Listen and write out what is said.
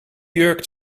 jurk